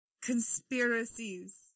conspiracies